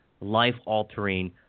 life-altering